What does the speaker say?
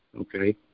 Okay